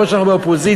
אף שאנחנו באופוזיציה,